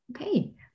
Okay